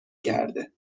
کرده